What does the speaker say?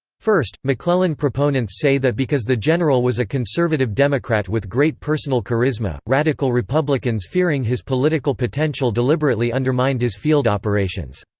first, mcclellan proponents say that because the general was a conservative democrat with great personal charisma, radical republicans fearing his political potential deliberately undermined his field operations.